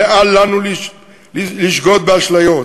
ואל לנו לשגות באשליות.